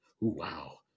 Wow